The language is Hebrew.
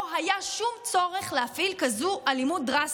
היה שום צורך להפעיל כזאת אלימות דרסטית.